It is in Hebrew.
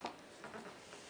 נכון.